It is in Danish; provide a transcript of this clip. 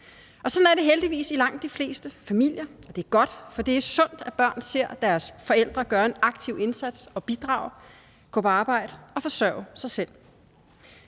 Sådan er det heldigvis i langt de fleste familier, og det er godt, for det er sundt, at børn ser deres forældre gøre en aktiv indsats og bidrage, gå på arbejde og forsørge sig selv.